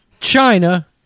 China